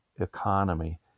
economy